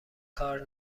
کار